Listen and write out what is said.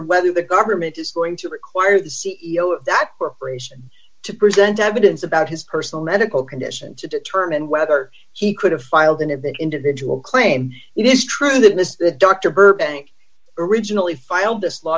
whether the government is going to require the c e o of that corporation to present evidence about his personal medical condition to determine whether he could have filed and if that individual claim it is true that mr dr burbank originally filed this law